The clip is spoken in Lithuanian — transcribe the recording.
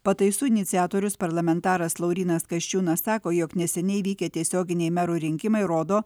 pataisų iniciatorius parlamentaras laurynas kasčiūnas sako jog neseniai vykę tiesioginiai merų rinkimai rodo